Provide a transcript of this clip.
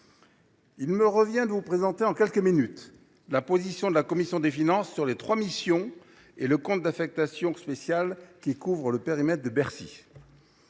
il me revient de vous présenter, en quelques minutes, la position de la commission des finances sur les trois missions et le compte d’affectation spéciale qui couvrent le périmètre de Bercy.